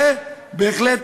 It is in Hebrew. ובהחלט,